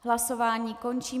Hlasování končím.